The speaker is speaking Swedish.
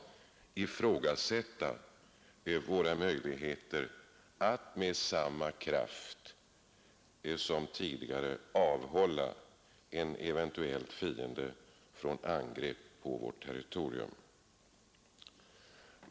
ifrågasätta våra möjligheter att med samma kraft som tidigare avhålla en eventuell fiende från angrepp på vårt territorium.